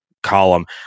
Column